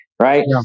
right